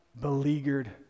beleaguered